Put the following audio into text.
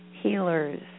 healers